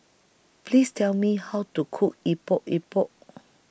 Please Tell Me How to Cook Epok Epok